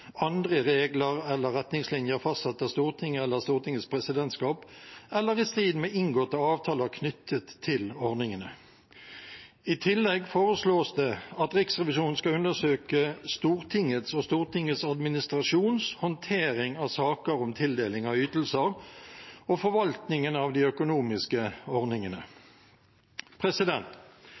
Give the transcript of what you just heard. andre regler eller retningslinjer som er fastsatt av Stortinget eller Stortingets presidentskap, eller inngåtte avtaler knyttet til ordningene. I tillegg foreslås det at Riksrevisjonen skal undersøke Stortingets og Stortingets administrasjons håndtering av saker om tildeling av ytelser og forvaltningen av de økonomiske ordningene.